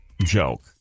joke